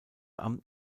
amt